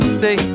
say